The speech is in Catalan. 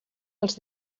els